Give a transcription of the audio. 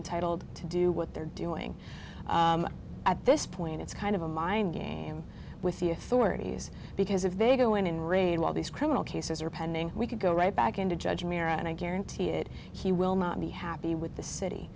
and entitled to do what they're doing at this point it's kind of a mind game with the authorities because if they go in and raid while these criminal cases are pending we could go right back into judge mere and i guarantee it he will not be happy with the city